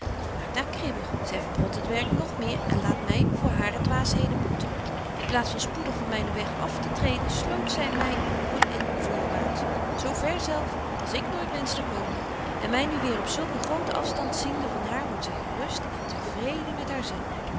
dit maakt haar kribbig zy verbrodt het werk nog meer en laat my voor hare dwaasheden boeten in plaats van spoedig van mynen weg aftetreden sloot zy my een mooi end voorwaards zo ver zelf als ik nooit wensch te komen en my nu weer op zulk een groten afstand ziende van haar wordt zy gerust en te vreden met haar